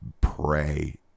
pray